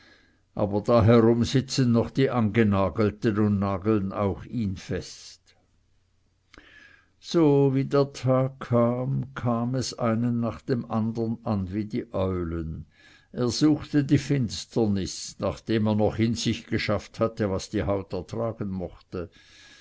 aber da herum sitzen noch die angenagelten und nageln auch ihn fest so wie der tag kam kam es einen nach dem andern an wie die eulen er suchte die finsternis nachdem er noch in sich geschafft hatte was die haut ertragen mochte